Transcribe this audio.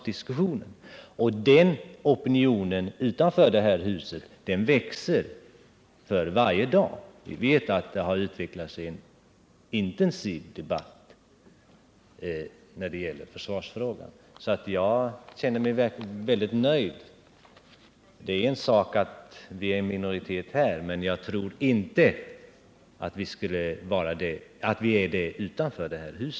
Den opinion vi representerar växer för varje dag. Vi vet att det har utvecklat sig en intensiv debatt när det gäller försvarsfrågan, och jag känner mig mycket nöjd. Det är en sak att vi är en minoritet här, men jag tror inte vi är det utanför detta hus.